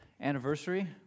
anniversary